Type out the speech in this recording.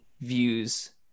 views